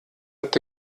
habt